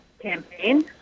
campaign